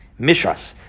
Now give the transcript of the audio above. Mishras